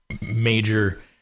major